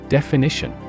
Definition